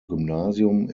gymnasium